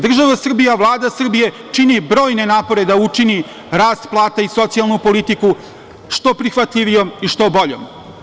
Država Srbija, Vlada Srbije čini brojne napore da učini rast plata i socijalnu politiku što prihvatljivijom i što boljom.